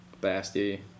Basti